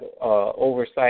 oversight